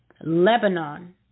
Lebanon